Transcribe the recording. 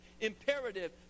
imperative